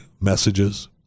messages